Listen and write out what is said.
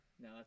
No